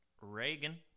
Reagan